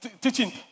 teaching